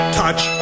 touch